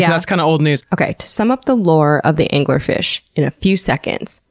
yeah that's kind of old news. okay, to sum up the lore of the anglerfish in a few seconds,